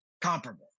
comparable